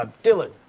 ah dylan.